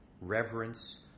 reverence